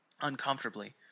uncomfortably